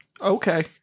Okay